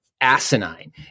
asinine